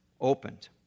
opened